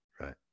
right